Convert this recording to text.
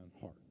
heart